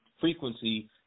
frequency